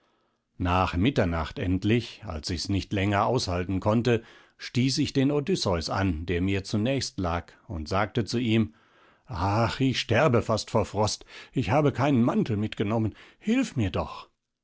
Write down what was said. nach mitternacht endlich als ich's nicht länger aushalten konnte stieß ich den odysseus an der mir zunächst lag und sagte zu ihm ach ich sterbe fast vor frost ich habe keinen mantel mitgenommen hilf mir doch